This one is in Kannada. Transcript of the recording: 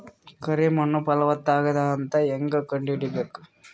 ಕರಿ ಮಣ್ಣು ಫಲವತ್ತಾಗದ ಅಂತ ಹೇಂಗ ಕಂಡುಹಿಡಿಬೇಕು?